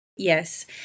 Yes